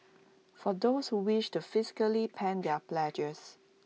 for those who wish to physically pen their pledges